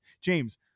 James